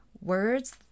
words